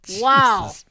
Wow